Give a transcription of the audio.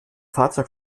fahrzeug